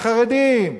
החרדים.